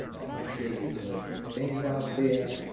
ah hear you're doing great things out there.